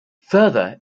further